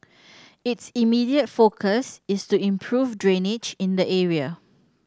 its immediate focus is to improve drainage in the area